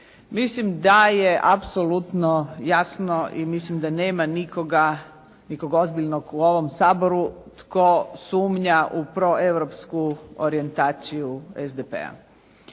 Mislim da je apsolutno jasno i mislim da nema nikoga, nikog ozbiljnog u ovom Saboru tko sumnja u proeuropsku orijentaciju SDP-a.